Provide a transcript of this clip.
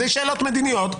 זה שאלות מדיניות,